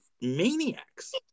maniacs